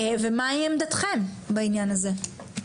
ומה היא עמדתכם בעניין הזה.